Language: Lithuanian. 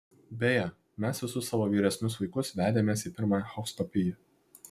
beje mes visus savo vyresnius vaikus vedėmės į pirmą echoskopiją